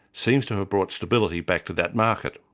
seems to have brought stability back to that market.